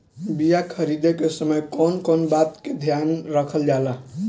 बीया खरीदे के समय कौन कौन बात के ध्यान रखल जाला?